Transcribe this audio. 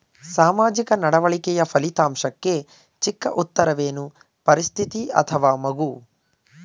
ಸಾಮಾಜಿಕ ನಡವಳಿಕೆಯ ಫಲಿತಾಂಶಕ್ಕೆ ಚಿಕ್ಕ ಉತ್ತರವೇನು? ಪರಿಸ್ಥಿತಿ ಅಥವಾ ಮಗು?